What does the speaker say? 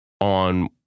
on